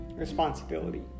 responsibility